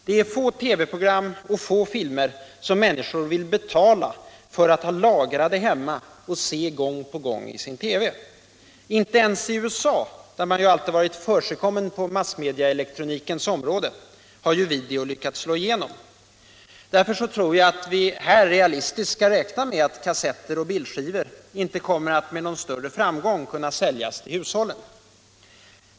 Det är få TV-program och få filmer som människor vill betala för att ha lagrade hemma och se gång på gång i sin TV. Inte ens i USA — där man ju alltid varit försigkommen på massmedieelektronikens område — har video lyckats Videogram Videogram slå igenom. Därför tror jag att vi här realistiskt skall räkna med att kassetter och bildskivor inte kommer att med någon större framgång kunna säljas till hushållen.